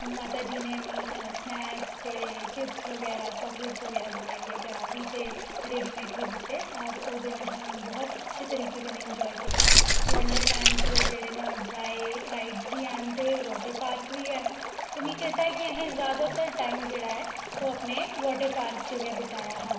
माता जी ने मीं स्नैक्स ते चिप्स बगैरा चॉकलेट्स बगैरा बनाइयै घरा बी ते रेडीमेड बी दित्ते और ओह् दिन असें बहुत अच्छे तरीके कन्नै इन्जाय कीता वंडर लैंड च जेह्ड़े न ड्राई राईड्स बी हैन ते वॉटर पार्क बी है ते मीं चेता ऐ कि असें ज़्यादातर टाईम जेह्ड़ा ऐ ओह् अपने वॉटर पार्क च गै बिताया हा